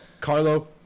Carlo